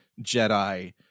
Jedi